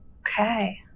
Okay